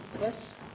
yes